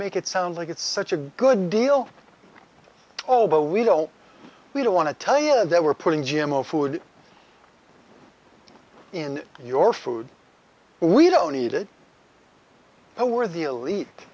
make it sound like it's such a good deal oh but we don't we don't want to tell you that we're putting g m o food in your food we don't need it now we're the elite